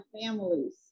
families